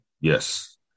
yes